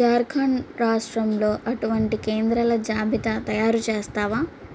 ఝార్ఖండ్ రాష్ట్రంలో అటువంటి కేంద్రాల జాబితా తయారు చేస్తావా